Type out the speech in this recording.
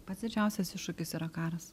pats didžiausias iššūkis yra karas